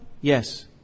Yes